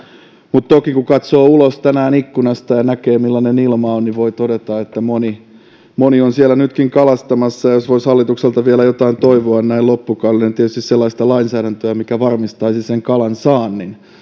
mutta toki kun kun katsoo tänään ulos ikkunasta ja näkee millainen ilma on niin voi todeta että moni moni on siellä nytkin kalastamassa ja jos voisi hallitukselta vielä jotain toivoa näin loppukaudelle niin tietysti sellaista lainsäädäntöä mikä varmistaisi sen kalan saannin